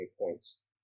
points